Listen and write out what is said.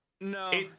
No